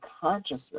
consciousness